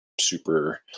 super